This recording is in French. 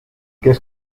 qu’est